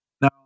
Now